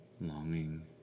Longing